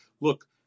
Look